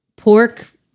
Pork